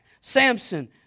Samson